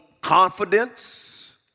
confidence